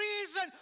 reason